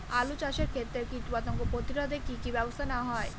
আলু চাষের ক্ষত্রে কীটপতঙ্গ প্রতিরোধে কি কী ব্যবস্থা নেওয়া হয়?